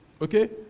Okay